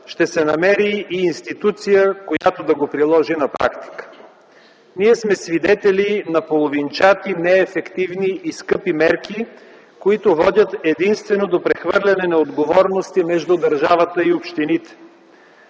ще се намери и институция, която да го приложи на практика. Ние сме свидетели на половинчати, неефективни и скъпи мерки, които водят единствено до прехвърляне на отговорности между държавата и общините.